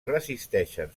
resisteixen